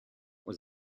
was